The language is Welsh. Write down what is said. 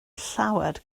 llawer